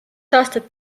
aastat